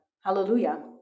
hallelujah